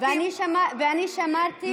לא, סליחה, אני שמרתי על הזמן שלך.